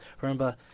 remember